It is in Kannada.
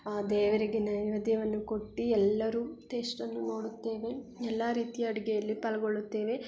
ಆ ದೇವರಿಗೆ ನೈವೇದ್ಯವನ್ನು ಕೊಟ್ಟು ಎಲ್ಲರೂ ಟೇಸ್ಟನ್ನು ಮಾಡುತ್ತೇವೆ ಎಲ್ಲ ರೀತಿಯ ಅಡುಗೆಯಲ್ಲಿ ಪಾಲ್ಗೊಳ್ಳುತ್ತೇವೆ